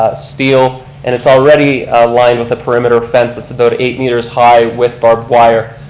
ah steel, and it's already lined with a perimeter fence that's about eight meters high with barbed wire.